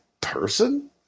person